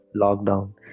Lockdown